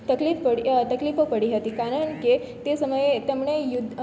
તકલીફ પડી તકલીફો પડી હતી કારણ કે તે સમયે તેમણે યુદ્ધ